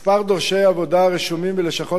מספר דורשי העבודה הרשומים בלשכות